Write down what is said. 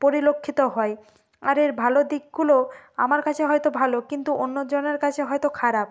পরিলক্ষিত হয় আর এর ভালো দিকগুলো আমার কাছে হয়তো ভালো কিন্তু অন্য জনের কাছে হয়তো খারাপ